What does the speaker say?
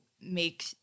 make